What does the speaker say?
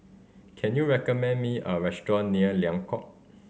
can you recommend me a restaurant near Liang Court